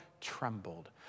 trembled